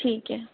ठीक है